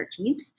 13th